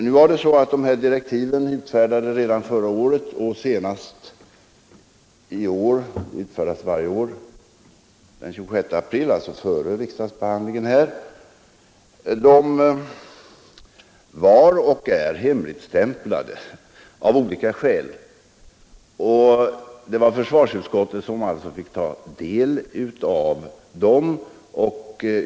Nu var det så att direktiven i frågan som utfärdades redan förra året — sådana direktiv utfärdas varje år och senast skedde det den 26 april i år, alltså före riksdagsbehandlingen — av olika skäl var och är hemligstäm plade. Det var alltså försvarsutskottet som fick ta del av dem.